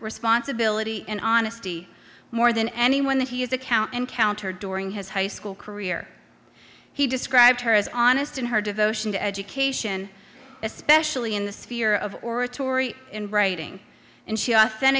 responsibility and honesty more than anyone that he is a cow encountered during his high school career he described her as honest in her devotion to education especially in the sphere of oratory and writing and she